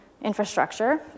infrastructure